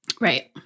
right